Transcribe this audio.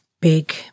big